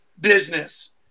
business